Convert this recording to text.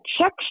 check